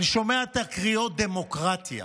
אני שומע את הקריאות "דמוקרטיה",